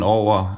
over